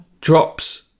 drops